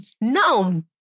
No